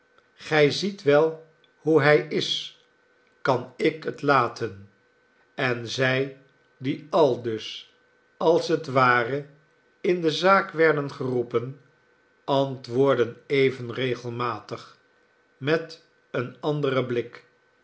gij ziet wel hoe hij is kan ik het laten en zij die aldus als het ware in de zaak werden geroepen antwoordden even regelmatig met een anderen blik